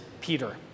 Peter